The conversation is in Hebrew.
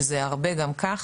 שזה הרבה גם כך.